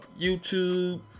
YouTube